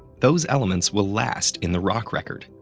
those elements will last in the rock record,